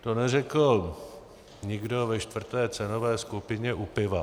To neřekl nikdo ve čtvrté cenové skupině u piva.